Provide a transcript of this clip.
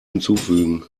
hinzufügen